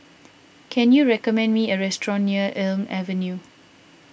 can you recommend me a restaurant near Elm Avenue